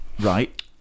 Right